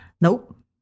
nope